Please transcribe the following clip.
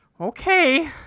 okay